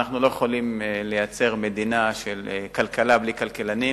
לא יכולים לייצר מדינה של כלכלה בלי כלכלנים,